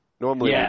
Normally